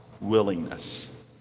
willingness